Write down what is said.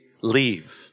leave